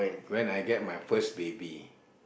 when I get my first baby